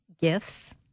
gifts